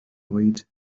oed